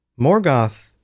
Morgoth